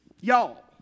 Y'all